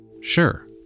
Sure